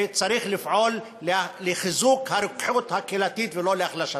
וצריך לפעול לחיזוק הרוקחות הקהילתית ולא להחלשתה.